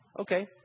Okay